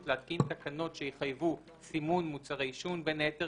להתקין תקנות שיחייבו צירוף עלון למוצר עישון ויחול